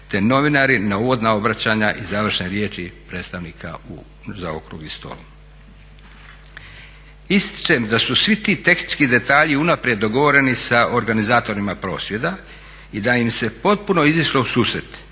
te novinara na uvodna obraćanja i završne riječi predstavnika za okrugli stol. Ističem da su svi ti tehnički detalji unaprijed dogovoreni sa organizatorima prosvjeda i da im se potpuno izišlo u susret,